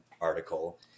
article